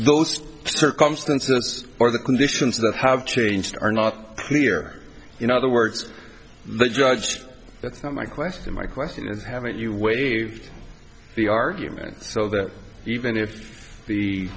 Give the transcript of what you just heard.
those circumstances or the conditions that have changed are not clear in other words the judge that's not my question my question is haven't you waived the argument so that even if the